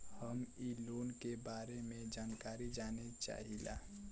हम इ लोन के बारे मे जानकारी जाने चाहीला?